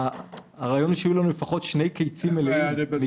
אנחנו צריכים שיהיו לנו לפחות שני קיצים מלאים.